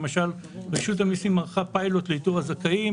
למשל, רשות המיסים ערכה פיילוט לאיתור הזכאים.